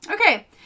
Okay